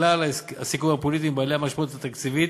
כלל הסיכומים הפוליטיים בעלי המשמעות התקציבית